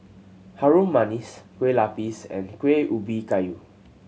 Harum Manis Kueh Lapis and Kuih Ubi Kayu